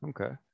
Okay